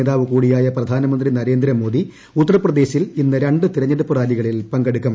നേതാവു കൂടിയായ പ്രധാനമന്ത്രി നരേന്ദ്രമോദി ഉത്തർപ്രദ്ദേശിൽ ഇന്ന് രണ്ട് തിരഞ്ഞെടുപ്പ് റാലികളിൽ പങ്കെടുക്കും